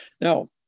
Now